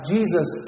Jesus